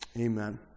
amen